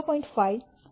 5 0